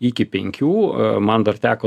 iki penkių man dar teko